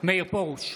מאיר פרוש,